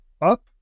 up